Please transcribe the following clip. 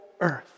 earth